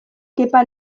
kepa